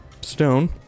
stone